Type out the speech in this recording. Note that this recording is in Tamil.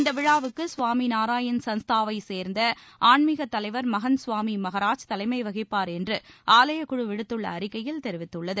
இந்த விழாவுக்கு சுவாமி நாராயண் சன்ஸ்தாவை சேர்ந்த ஆன்மிக தலைவர் மகந்த் சுவாமி மகராஜ் தலைமை வகிப்பார் என்று ஆலய குழு விடுத்துள்ள அறிக்கையில் தெரிவித்துள்ளது